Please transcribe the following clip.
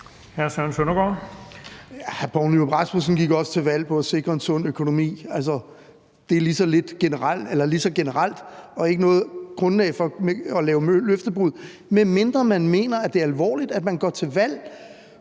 Søren Søndergaard (EL): Hr. Poul Nyrup Rasmussen gik også til valg på at sikre en sund økonomi. Det er lige så generelt og ikke nogen begrundelse for at begå løftebrud, medmindre man ikke mener, at det er alvorligt, at man går til valg